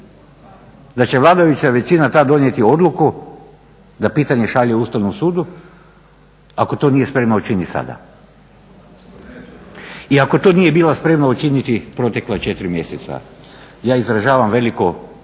da će vladajuća većina tada donijeti odluku da pitanje šalje Ustavnom sudu ako to nije spremna učiniti sada? I ako to nije bila spremna učiniti protekla 4 mjeseca. Ja izražavam veliku